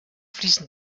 fließen